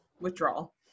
withdrawal